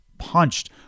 punched